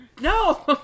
no